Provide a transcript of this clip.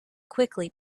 quickly